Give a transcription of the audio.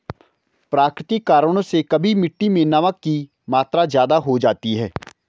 प्राकृतिक कारणों से कभी मिट्टी मैं नमक की मात्रा ज्यादा हो जाती है